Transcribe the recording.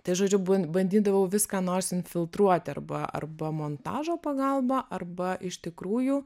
tai žodžiu ban bandydavau vis ką nors infiltruot arba arba montažo pagalba arba iš tikrųjų